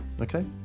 Okay